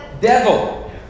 Devil